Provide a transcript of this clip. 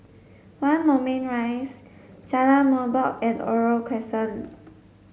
One Moulmein Rise Jalan Merbok and Oriole Crescent